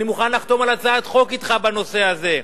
אני מוכן לחתום על הצעת חוק אתך בנושא הזה.